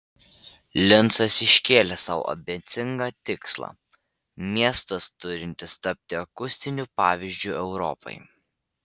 lincas iškėlė sau ambicingą tikslą miestas turintis tapti akustiniu pavyzdžiu europai